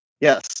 Yes